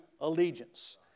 allegiance